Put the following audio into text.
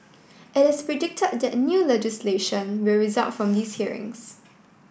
it is predicted that new legislation will result from these hearings